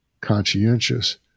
conscientious